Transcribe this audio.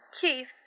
Keith